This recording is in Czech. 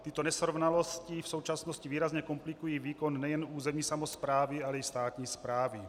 Tyto nesrovnalosti v současnosti výrazně komplikují výkon nejen územní samosprávy, ale i státní správy.